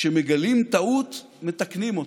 כשמגלים טעות מתקנים אותה.